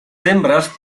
hembras